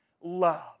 love